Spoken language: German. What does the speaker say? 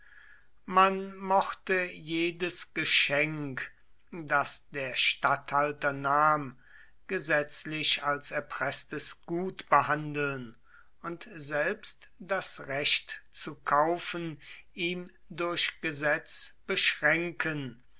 man mochte jedes geschenk das der statthalter nahm gesetzlich als erpreßtes gut behandeln und selbst das recht zu kaufen ihm durch gesetz beschränken